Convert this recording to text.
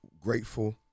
grateful